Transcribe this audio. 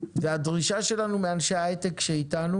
הדרישה שלנו מאנשי ההיי-טק שאתנו